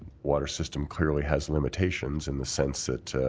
water system clearly has limitations in the sense that